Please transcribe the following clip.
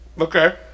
Okay